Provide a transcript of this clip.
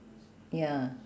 ya